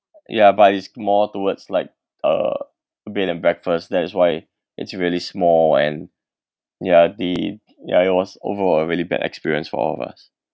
ya but it's more towards like uh bed and breakfast that is why it's really small and ya the ya it was overall a really bad experience for all of us